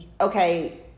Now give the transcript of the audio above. okay